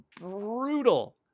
brutal